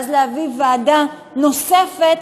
ואז להביא ועדה נוספת,